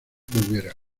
volviera